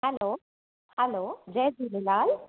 हलो hello जय झूलेलाल